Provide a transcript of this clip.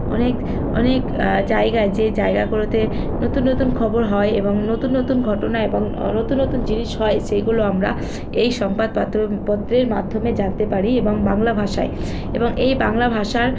অনেক অনেক জায়গায় যে জায়গাগুলোতে নতুন নতুন খবর হয় এবং এবং নতুন নতুন ঘটনা এবং নতুন নতুন জিনিস হয় সেইগুলো আমরা এই সংবাদপাত্রর পত্রের মাধ্যমে জানতে পারি এবং বাংলা ভাষায় এবং এই বাংলা ভাষার